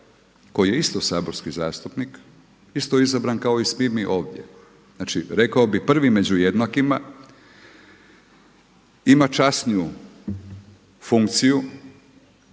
koji je isto saborski zastupnik, isto izabran kao i svi mi ovdje, znači, rekao bih prvi među jednakima ima časniju funkciju,